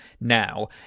now